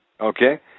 Okay